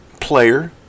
Player